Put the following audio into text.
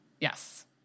Yes